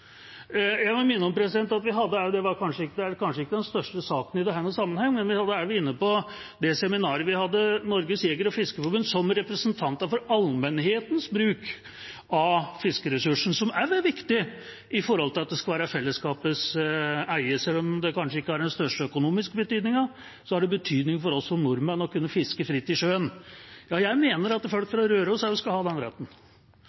Jeg må minne om det seminaret vi hadde. Det er kanskje ikke den største saken i denne sammenheng, men Norges Jeger- og Fiskerforbund er representanter for allmennhetens bruk av fiskeressursen. Det er også viktig med tanke på at det skal være fellesskapets eie. Selv om det kanskje ikke har den største økonomiske betydningen, har det betydning for oss som nordmenn å kunne fiske fritt i sjøen. Ja, jeg mener at folk fra Røros også skal ha den retten.